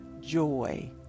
joy